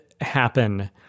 happen